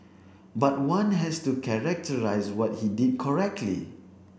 but one has to characterise what he did correctly